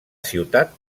ciutat